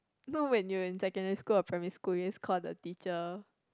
know when you're in secondary school or primary school always call the teacher